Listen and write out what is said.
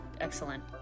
excellent